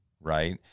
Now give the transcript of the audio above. Right